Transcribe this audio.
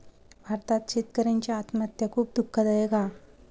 भारतात शेतकऱ्यांची आत्महत्या खुप दुःखदायक हा